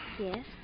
Yes